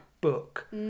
book